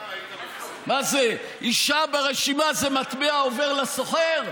מה זה, אישה ברשימה זה מטבע עובר לסוחר?